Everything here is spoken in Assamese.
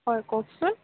হয় কওকচোন